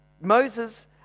Moses